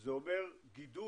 זה אומר גידול,